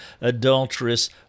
adulterous